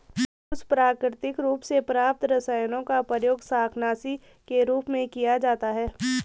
कुछ प्राकृतिक रूप से प्राप्त रसायनों का प्रयोग शाकनाशी के रूप में किया जाता है